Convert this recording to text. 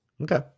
Okay